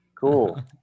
cool